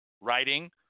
writing